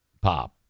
pop